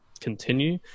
continue